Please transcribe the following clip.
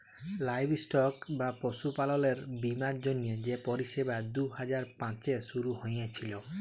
livestock বা পশুপাললের বীমার জ্যনহে যে পরিষেবা দু হাজার পাঁচে শুরু হঁইয়েছিল